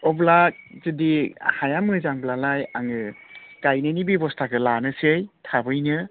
अब्ला जुदि हाया मोजांब्लालाय आङो गायनायनि बेबस्थाखौ लानोसै थाबैनो